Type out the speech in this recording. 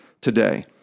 today